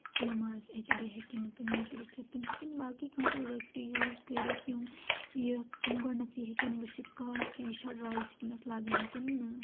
کینٛہہ مارس ایچ ڈی ہیٚکن نہٕ تِم یوٗز کٔرِتھ کینٛہہ تِم ہیٚکن باقٕے کانٛہہ پروڈکٹ یوٗز کٔرِتھ یِم یتھ تِم گۄڈنیتھٕے ہیٚکان وٕچھِتھ کاز کہِ یہِ چھا ڈرے سِکنس لگان کِنہٕ نہ